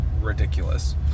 ridiculous